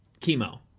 chemo